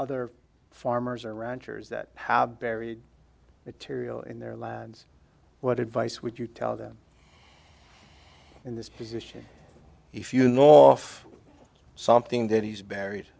other farmers around here is that how buried material in their lands what advice would you tell them in this position if you nor of something that he's buried